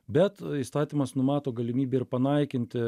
bet įstatymas numato galimybę ir panaikinti